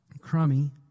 crummy